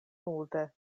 multe